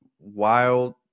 Wild